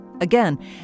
Again